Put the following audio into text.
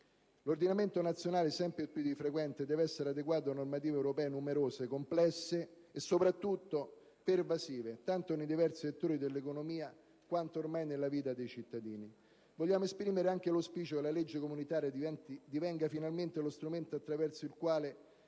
L'ordinamento nazionale sempre più di frequente deve essere adeguato a normative europee che sono numerose, complesse e soprattutto pervasive, tanto nei diversi settori dell'economia quanto ormai nella vita dei cittadini. Vogliamo anche esprimere l'auspicio che la legge comunitaria divenga finalmente lo strumento attraverso il quale